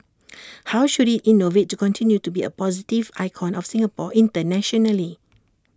how should IT innovate to continue to be A positive icon of Singapore internationally